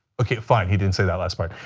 okay fine, he didn't say that last part.